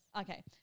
Okay